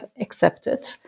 accepted